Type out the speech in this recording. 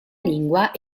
lingua